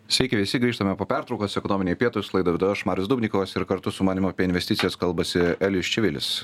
sveiki visi grįžtame po pertraukos ekonominiai pietūs laidą vedu aš marius dubnikovas ir kartu su manim apie investicijas kalbasi elijus čivilis